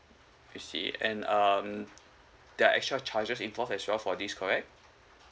I see and um there are extra charges involved as well for this correct